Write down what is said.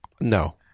No